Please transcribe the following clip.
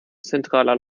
zentraler